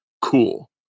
cool